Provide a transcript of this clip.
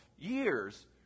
years